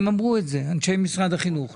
הם אמרו את זה, אנשי משרד החינוך.